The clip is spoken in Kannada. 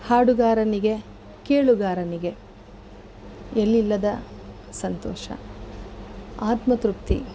ಹಾಡುಗಾರನಿಗೆ ಕೇಳುಗಾರನಿಗೆ ಎಲ್ಲಿಲ್ಲದ ಸಂತೋಷ ಆತ್ಮ ತೃಪ್ತಿ